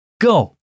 go